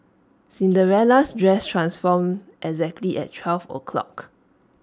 Cinderella's dress transformed exactly at twelve o'clock